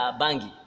bangi